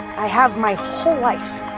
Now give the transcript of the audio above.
i have my whole life.